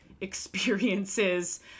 experiences